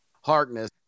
Harkness